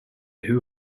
who